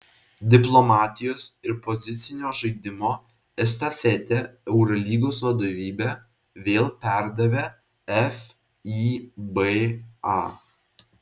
diplomatijos ir pozicinio žaidimo estafetę eurolygos vadovybė vėl perdavė fiba